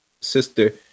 sister